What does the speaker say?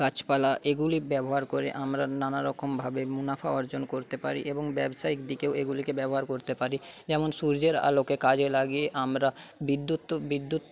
গাছপালা এগুলি ব্যবহার করে আমরা নানারকমভাবে মুনাফা অর্জন করতে পারি এবং ব্যবসায়িক দিকেও এগুলিকে ব্যবহার করতে পারি যেমন সূর্যের আলোকে কাজে লাগিয়ে আমরা বিদ্যুৎ বিদ্যুৎ